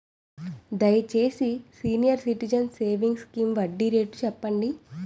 దయచేసి senior citizens savings scheme వడ్డీ rate చెప్పండి